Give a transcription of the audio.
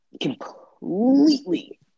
completely